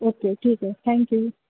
okay ठीक आहे thank you